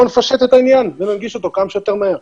בואו נפשט את העניין וננגיש אותו כמה שיותר מהר.